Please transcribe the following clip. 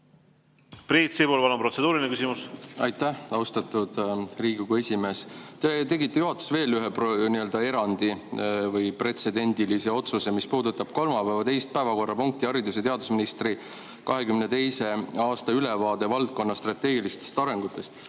Priit Sibul, palun, protseduuriline küsimus! Aitäh, austatud Riigikogu esimees! Te tegite juhatuses veel ühe erandi või pretsedenditu otsuse, mis puudutab kolmapäeva teist päevakorrapunkti, haridus- ja teadusministri 2022. aasta ülevaadet valdkonna strateegilistest arengutest.